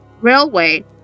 Railway